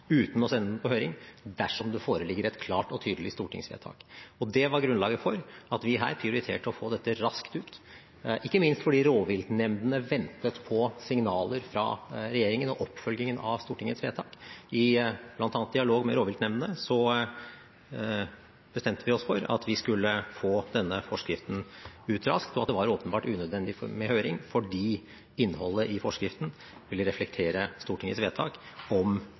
uten å sende den på høring, dersom det foreligger et klart og tydelig stortingsvedtak. Det var grunnlaget for at vi her prioriterte å få dette raskt ut, ikke minst fordi rovviltnemndene ventet på signaler fra regjeringen og oppfølgingen av Stortingets vedtak. Blant annet i dialog med rovviltnemndene bestemte vi oss for at vi skulle få denne forskriften ut raskt, og at det åpenbart var unødvendig med høring fordi innholdet i forskriften ville reflektere Stortingets vedtak om